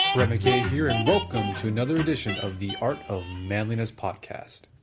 brett mckay here, and welcome to another edition of the art of manliness podcast.